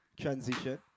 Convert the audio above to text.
Transition